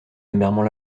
amèrement